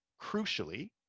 Crucially